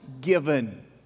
given